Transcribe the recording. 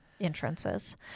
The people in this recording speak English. entrances